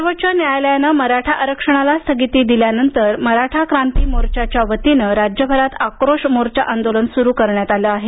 सर्वोच्च न्यायालयानं मराठा आरक्षणाला स्थगिती दिल्यानंतर मराठा क्रांती मोर्चाच्या वतीनं राज्यभरात आक्रोश मोर्चा आंदोलन सुरू करण्यात आलं आहे